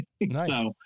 Nice